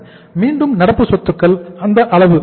மீண்டும் நடப்பு சொத்துக்கள் எந்த அளவுக்கு இருக்கும்